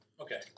Okay